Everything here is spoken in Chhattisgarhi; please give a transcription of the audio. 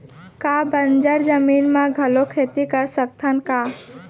का बंजर जमीन म घलो खेती कर सकथन का?